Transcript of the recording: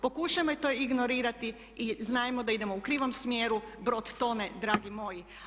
Pokušajmo to ignorirati i znajmo da idemo u krivom smjeru, brod tone dragi moji.